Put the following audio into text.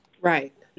Right